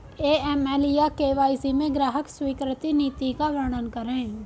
AML या KYC में ग्राहक स्वीकृति नीति का वर्णन करें?